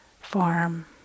form